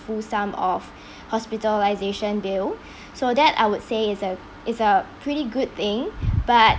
full sum of hospitalisation bill so that I would say it's a it's a pretty good thing but